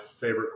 favorite